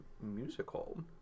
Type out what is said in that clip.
musical